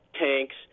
tanks